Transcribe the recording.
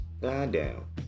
Goddamn